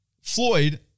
Floyd